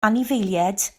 anifeiliaid